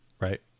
right